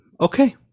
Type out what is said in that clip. Okay